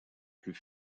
plus